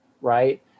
right